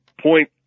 point